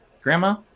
Grandma